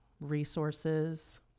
resources